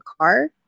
car